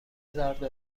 زرد